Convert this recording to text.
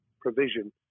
provision